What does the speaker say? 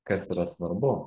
kas yra svarbu